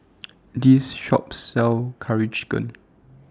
This Shop sells Curry Chicken